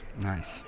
Nice